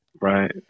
Right